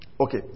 Okay